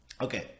Okay